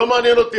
לא מעניין אותי.